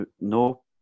no